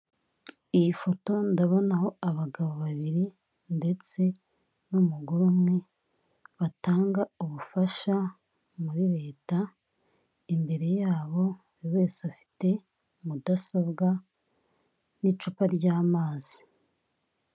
Iyi foto ndabona aho abagabo babiri ndetse n'umugore umwe batanga ubufasha muri leta, imbere yabo buri wese afite mudasobwa n'icupa ry'amazi.